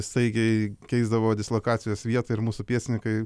staigiai keisdavo dislokacijos vietą ir mūsų pėstininkai